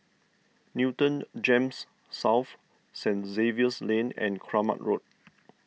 Newton Gems South Saint Xavier's Lane and Kramat Road